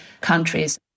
countries